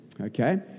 Okay